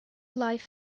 life